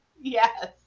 yes